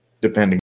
depending